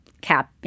cap